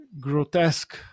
grotesque